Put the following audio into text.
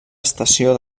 estació